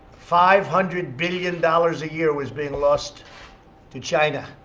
five hundred billion dollars a year was being lost to china.